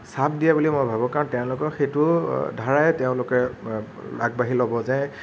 চাপ দিয়া বুলি মই ভাবোঁ কাৰণ তেওঁলোকেও সেইটোৰ ধাৰাই তেওঁলোকে আগবাঢ়ি ল'ব যে